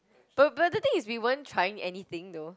but but the thing is we weren't trying anything though